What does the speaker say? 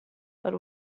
but